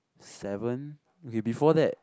seven okay before that